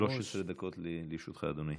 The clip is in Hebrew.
13 דקות לרשותך, אדוני.